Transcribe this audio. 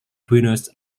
buenos